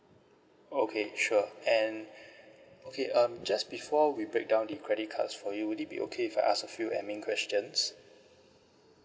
okay sure and okay um just before we break down the credit cards for you would it be okay if I ask a few admin questions